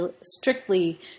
strictly